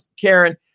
Karen